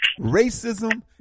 Racism